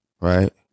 right